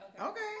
Okay